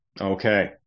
Okay